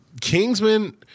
Kingsman